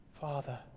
Father